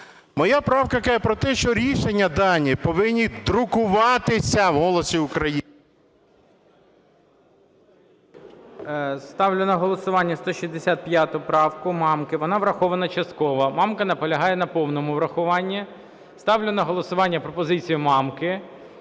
Моя правка каже про те, що рішення дані повинні друкуватися в "Голосі України". ГОЛОВУЮЧИЙ. Ставлю на голосування 165 правку Мамки. Вона врахована частково. Мамка наполягає на повному врахуванні. Ставлю на голосування пропозицію Мамки.